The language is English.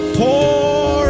pour